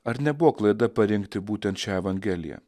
ar nebuvo klaida parinkti būtent šią evangeliją